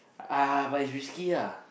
uh but it's risky lah